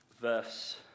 Verse